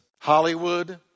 Hollywood